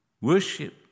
Worship